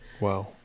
Wow